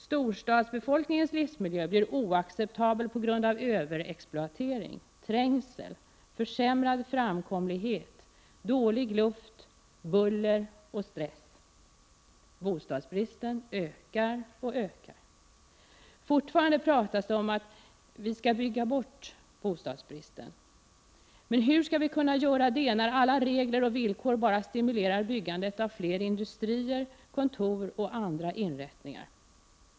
Storstadsbefolkningens livsmiljö blir oacceptabel på grund av överexploatering, trängsel, försämrad framkomlighet, dålig luft, buller och stress. Bostadsbristen ökar och ökar. Fortfarande talas det om att ”vi skall bygga bort bostadsbristen”. Hur skall vi kunna göra det när alla regler och villkor enbart stimulerar byggandet av fler industrier, kontor och andra inrättningar?